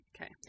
Okay